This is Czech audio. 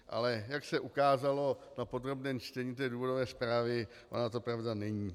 Ale jak se ukázalo na podrobném čtení důvodové zprávy, ona to pravda není.